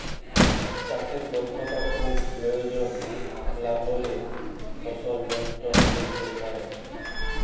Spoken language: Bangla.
চাষে দক্ষতা খুব পরয়োজল লাহলে ফসল লষ্ট হ্যইতে পারে